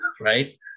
right